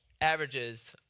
averages